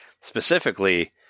specifically